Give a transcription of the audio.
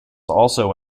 also